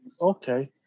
Okay